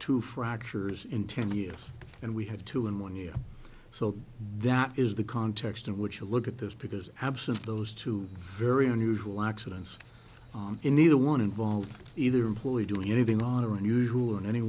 to fractures in ten years and we had two in one year so that is the context in which you look at this because absent of those two very unusual accidents neither one involved either employee doing anything on or unusual in any